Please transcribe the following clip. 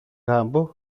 κάμπο